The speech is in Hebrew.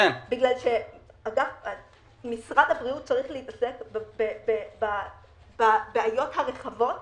כי משרד הבריאות צריך להתעסק בבעיות הרחבות